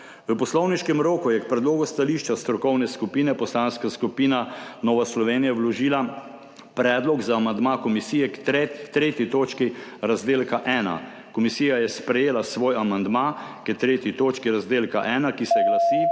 V poslovniškem roku je k predlogu stališča strokovne skupine Poslanska skupina Nova Slovenija vložila predlog za amandma komisije k 3. točki razdelka ena. Komisija je sprejela svoj amandma k 3. točki razdelka ena, ki se glasi: